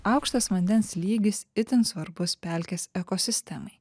aukštas vandens lygis itin svarbus pelkės ekosistemai